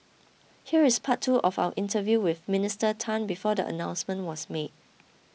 here is part two of our interview with Minister Tan before the announcement was made